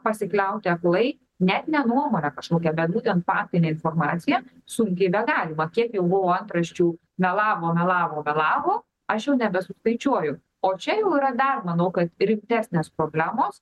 pasikliauti aklai net ne nuomone kažkokia bet būtent faktine informacija sunkiai begalima kiek bylų antraščių melavo melavo melavo aš jau nebesuskaičiuoju o čia jau yra dar manau kad rimtesnės problemos